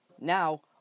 Now